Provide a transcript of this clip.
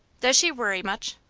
does she worry much?